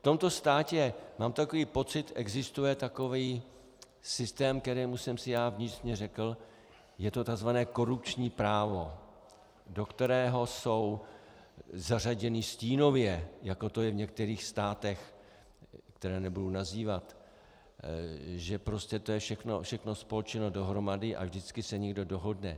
V tomto státě, mám takový pocit, existuje takový systém, kterému jsem si já vnitřně řekl, je to tzv. korupční právo, do kterého jsou zařazeny stínově, jako to je v některých státech, které nebudu nazývat, že prostě je to všechno spolčeno dohromady a vždycky se někdo dohodne.